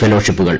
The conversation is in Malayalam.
ഫെലോഷിപ്പുകൾ